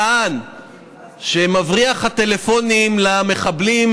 טען שמבריח הטלפונים למחבלים,